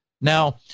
Now